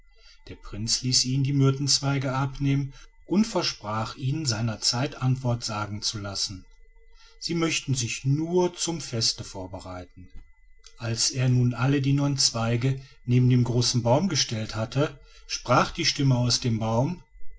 der prinz ließ ihnen die myrtenzweige abnehmen und versprach ihnen seiner zeit antwort sagen zu lassen sie möchten sich nur zum feste vorbereiten als er nun alle die neun zweige neben den großen baum gestellt hatte sprach die stimme aus dem baum